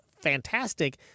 fantastic